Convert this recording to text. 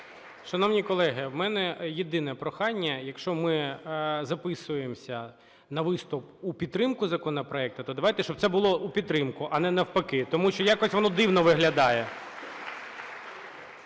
Шановні колеги, у мене єдине прохання, якщо ми записуємося на виступ у підтримку законопроекту, так давайте, щоб це було у підтримку, а не навпаки, тому що якось воно дивно виглядає